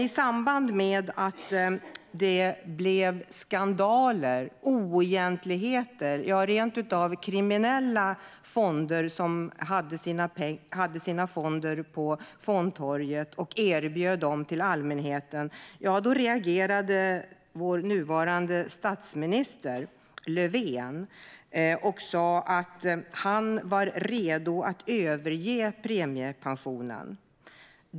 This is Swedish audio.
I samband med att det blev skandaler och oegentligheter och rent av kriminella fonder på fondtorget som erbjöds till allmänheten reagerade vår nuvarande statsminister, Stefan Löfven, och sa att han var redo att överge premiepensionen.